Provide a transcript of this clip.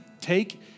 Take